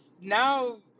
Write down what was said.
now